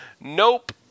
Nope